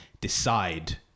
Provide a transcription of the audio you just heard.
decide